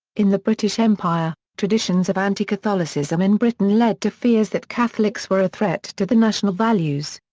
in the british empire, traditions of anti-catholicism in britain led to fears that catholics were a threat to the national values.